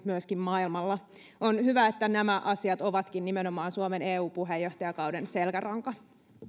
myöskin maailmalla on hyvä että nimenomaan nämä asiat ovatkin suomen eu puheenjohtajakauden selkäranka